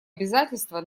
обязательство